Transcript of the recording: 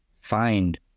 find